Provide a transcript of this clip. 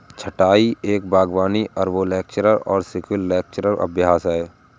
छंटाई एक बागवानी अरबोरिकल्चरल और सिल्वीकल्चरल अभ्यास है